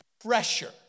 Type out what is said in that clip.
pressure